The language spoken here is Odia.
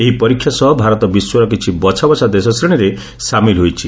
ଏହି ପରୀକ୍ଷା ସହ ଭାରତ ବିଶ୍ୱର କିଛି ବଛା ବଛା ଦେଶ ଶ୍ରେଣୀରେ ସାମିଲ ହୋଇଛି